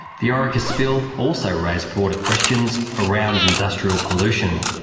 the orica spill also raised broader questions around industrial pollution.